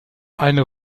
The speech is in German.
eine